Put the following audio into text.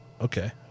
Okay